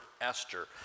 Esther